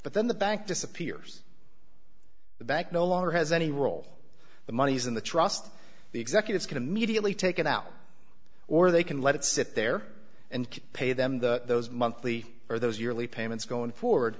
but then the bank disappears the bank no longer has any role the money's in the trust the executives can immediately take it out or they can let it sit there and pay them the those monthly or those yearly payments going forward